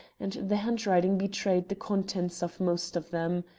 and the handwriting betrayed the contents of most of them.